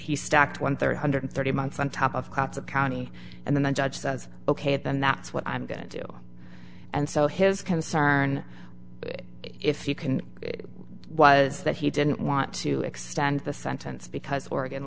he stacked one third hundred thirty months on top of cops of county and then the judge says ok then that's what i'm going to do and so his concern if you can was that he didn't want to extend the sentence because oregon